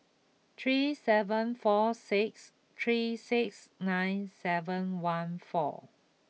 three seven four six three six nine seven one four